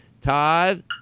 Todd